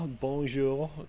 bonjour